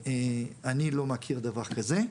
אני לא מכיר דבר כזה.